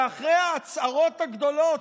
אחרי ההצהרות הגדולות,